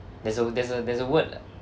there's a there's a there's a word